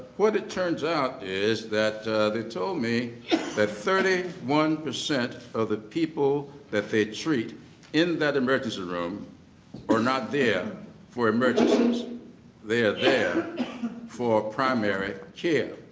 what it turns out is that they told me that thirty one percent of the people that they treat in that emergency room are not there for emergencies they are there for primary care.